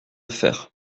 faire